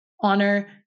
honor